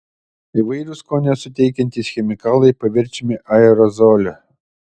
įvairūs skonio suteikiantys chemikalai paverčiami aerozoliu